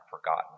forgotten